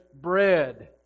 bread